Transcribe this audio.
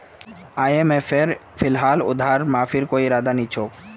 आईएमएफेर फिलहाल उधार माफीर कोई इरादा नी छोक